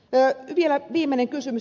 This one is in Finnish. vielä viimeinen kysymys